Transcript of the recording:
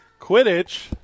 Quidditch